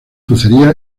crucería